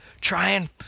trying